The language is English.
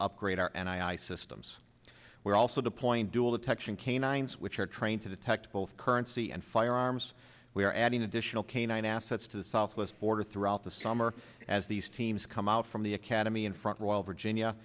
upgrade our and i systems were also the point dual detection canines which are trained to detect both currency and firearms we are adding additional canine assets to the southwest border throughout the summer as these teams come out from the academy in front royal virginia